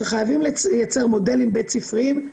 שחייבים לייצר מודלים בית ספריים.